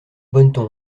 bonneton